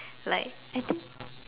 like I think